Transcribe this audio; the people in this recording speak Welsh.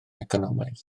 economaidd